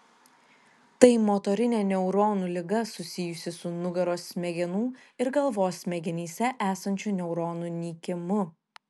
tai motorinė neuronų liga susijusi su nugaros smegenų ir galvos smegenyse esančių neuronų nykimu